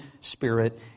spirit